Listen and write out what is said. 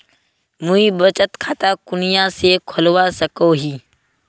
मुई बचत खता कुनियाँ से खोलवा सको ही?